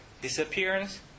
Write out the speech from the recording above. disappearance